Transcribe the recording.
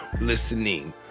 listening